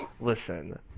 listen